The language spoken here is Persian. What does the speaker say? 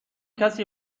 کسی